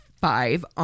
five